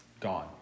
Gone